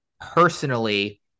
personally